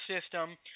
system